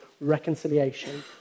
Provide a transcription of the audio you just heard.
reconciliation